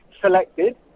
selected